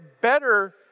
better